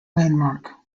landmark